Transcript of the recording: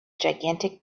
gigantic